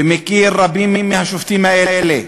ומכיר רבים מהשופטים האלה.